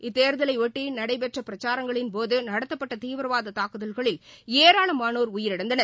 இத்தேர்தலையொட்டி நடைபெற்ற பிரச்சாரங்களின் போது நடத்தப்பட்ட தீவிரவாத தாக்குதல்களில் ஏராளமானோர் உயிரிழந்தனர்